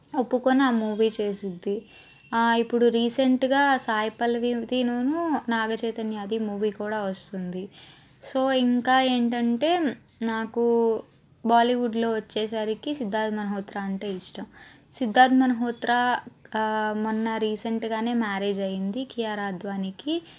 ఒప్పుకొని ఆ మూవీ చేసిద్ది ఇప్పుడు రీసెంట్గా సాయి పల్లవి దిను నాగచైతన్య అది మూవీ కూడా వస్తుంది సో ఇంకా ఏంటంటే నాకు బాలీవుడ్లో వచ్చేసరికి సిద్ధార్థ్ మల్హోత్రా అంటే ఇష్టం సిద్ధార్థ్ మల్హోత్రా మొన్న రీసెంట్గానే మ్యారేజ్ అయింది కియారా అద్వానీకి